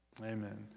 Amen